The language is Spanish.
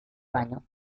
baño